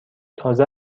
تازه